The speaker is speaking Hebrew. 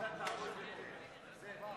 מסדר-היום את הצעת חוק האזרחים הוותיקים (תיקון,